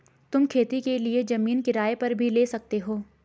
तुम खेती के लिए जमीन किराए पर भी ले सकते हो